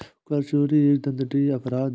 कर चोरी एक दंडनीय अपराध है